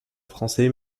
français